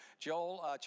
Joel